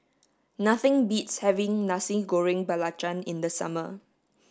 nothing beats having Nasi Goreng Belacan in the summer